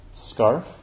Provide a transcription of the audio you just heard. scarf